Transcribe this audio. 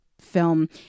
film